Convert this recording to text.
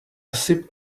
sip